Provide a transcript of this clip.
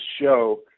show